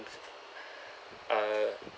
are